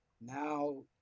now